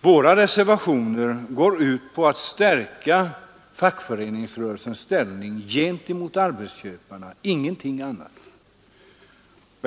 Våra reservationer går ut på att stärka fackföreningsrörelsens ställning gentemot arbetsköparna; ingenting annat.